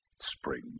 spring